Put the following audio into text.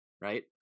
right